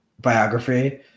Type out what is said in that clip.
Biography